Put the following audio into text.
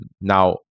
Now